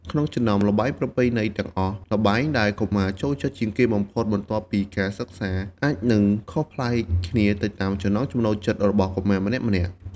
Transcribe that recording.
ក្នុងចំណោមល្បែងប្រពៃណីទាំងអស់ ល្បែងដែលកុមារចូលចិត្តជាងគេបំផុតបន្ទាប់ពីការសិក្សា អាចនឹងខុសប្លែកគ្នាទៅតាមចំណង់ចំណូលចិត្តរបស់កុមារម្នាក់ៗ។